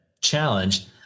challenge